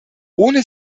ohne